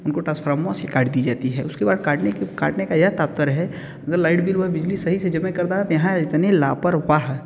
उनको से काट दी जाती है उसके बाद काटने के काटने का यह तात्तर्य है अगर लाइट बिल वह बिजली सही से जमा कर रहा यहाँ इतने लापरवाह